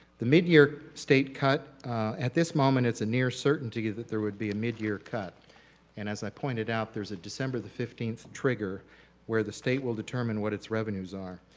the midyear state cut at this moment it's a near certainty that there would be a midyear cut and as i pointed out, there's a december fifteenth trigger where the state will determine what its revenues are.